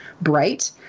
bright